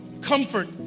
comfort